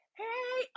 hey